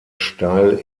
steil